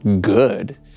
good